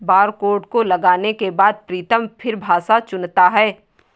barcode को लगाने के बाद प्रीतम फिर भाषा चुनता है